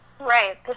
Right